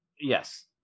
Yes